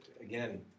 again